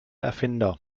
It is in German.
erfinder